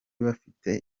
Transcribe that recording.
bafite